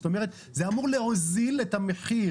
זאת אומרת, זה אמור להוזיל את המחיר.